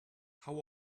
how